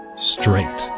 straight